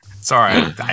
sorry